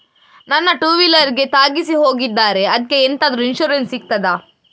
ನನ್ನ ಟೂವೀಲರ್ ಗೆ ತಾಗಿಸಿ ಹೋಗಿದ್ದಾರೆ ಅದ್ಕೆ ಎಂತಾದ್ರು ಇನ್ಸೂರೆನ್ಸ್ ಸಿಗ್ತದ?